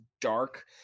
dark